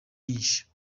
nyinshi